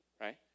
right